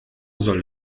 soll